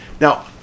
Now